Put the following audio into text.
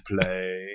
play